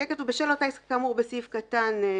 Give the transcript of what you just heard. שיהיה כתוב "בשל אותה עסקה כאמור בסעיף קטן (ג),